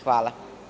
Hvala.